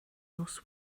nos